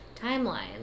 timeline